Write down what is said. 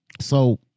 So-